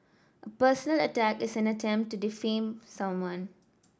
a personal attack is an attempt to defame someone